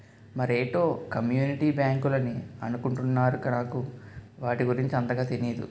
మరేటో కమ్యూనిటీ బ్యాంకులని అనుకుంటున్నారు నాకు వాటి గురించి అంతగా తెనీదు